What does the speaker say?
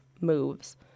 moves